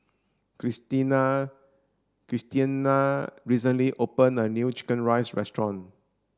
Christiana Christiana recently opened a new chicken rice restaurant